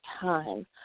time